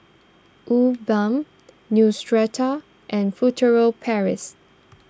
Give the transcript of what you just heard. woo Balm Neostrata and Furtere Paris